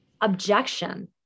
objection